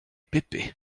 pépé